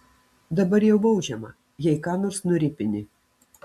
dabar jau baudžiama jei ką nors nuripini